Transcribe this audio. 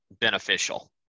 beneficial